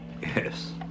yes